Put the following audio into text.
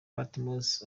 patmos